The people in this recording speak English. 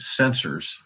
sensors